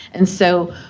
and so,